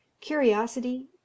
curiosity